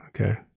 Okay